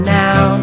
now